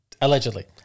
Allegedly